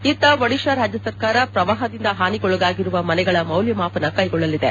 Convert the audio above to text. ಇತ್ತ ಒಡಿತಾ ರಾಜ್ಞಸರ್ಕಾರ ಪ್ರವಾಹದಿಂದ ಹಾನಿಗೊಳಗಾಗಿರುವ ಮನೆಗಳ ಮೌಲ್ಯಮಾಪನ ಕ್ಲೆಗೊಳ್ಳಲಿದೆ